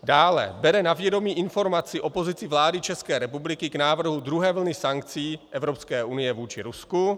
Dále: Bere na vědomí informaci o pozici vlády České republiky k návrhu druhé vlny sankcí Evropské unie vůči Rusku;